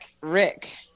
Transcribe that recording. Rick